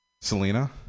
Selena